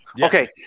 Okay